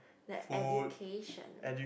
like education